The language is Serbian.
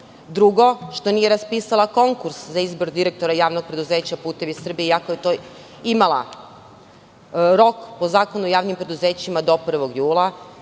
drugo - što nije raspisala konkurs za izbor direktora JP "Putevi Srbije", iako je imala rok, po Zakonu o javnim preduzećima, do 1. jula,